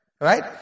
Right